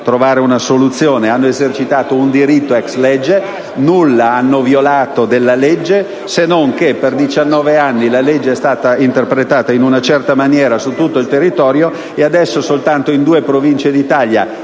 trovare una soluzione - hanno esercitato un diritto *ex lege*; nulla hanno violato della legge se non che per diciannove anni questa è stata interpretata in una certa maniera su tutto il territorio e adesso, soltanto in due province d'Italia